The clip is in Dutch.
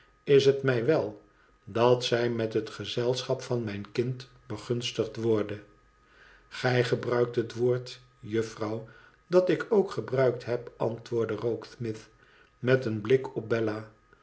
is het mij wel dat zij met het gezelschap van mijn kind begunstigd worde gij gebruikt het woord juffrouw dat ik ook gebruikt heb antwoordde rokesmith met een blik op bella